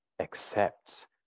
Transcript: accepts